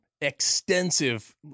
extensive